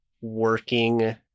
working